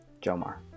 Jomar